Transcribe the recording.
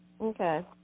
Okay